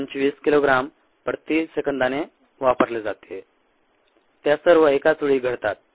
25 kilogram प्रति सेकंदाने वापरले जाते त्या सर्व एकाच वेळी घडतात